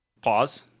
pause